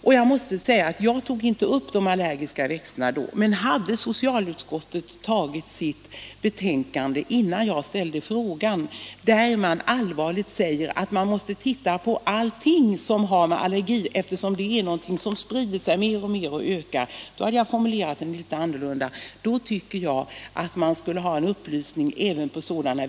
När det gäller frågan om allergier säger socialutskottet i sitt betänkande att man måste se över allt som kan framkalla sådana reaktioner, eftersom allergierna sprider sig mer och mer och ökar i omfattning. Hade socialutskottet tagit sitt betänkande innan jag ställde min fråga, då hade jag formulerat den annorlunda.